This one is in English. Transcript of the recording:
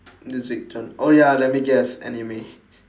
music gen~ oh ya let me guess anime